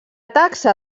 taxa